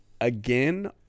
Again